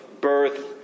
birth